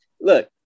Look